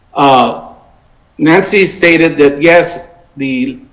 ah nancy stated that yes the